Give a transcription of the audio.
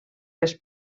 les